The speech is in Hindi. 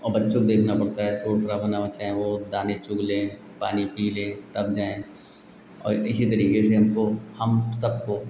और बच्चों को देखना पड़ता है शोर शराबा न मचाएँ वह दाने चुग लें पानी पी लें तब जाएँ और इसी तरीके से हमको हम सबको